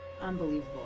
Unbelievable